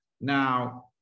Now